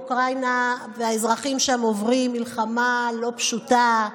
אוקראינה והאזרחים שם עוברים מלחמה לא פשוטה.